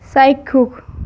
চাক্ষুষ